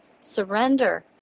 surrender